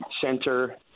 center